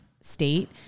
state